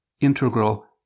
integral